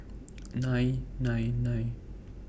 nine nine nine